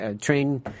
train